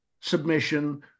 submission